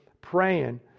praying